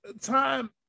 Time